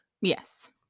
Yes